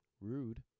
rude